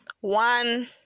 one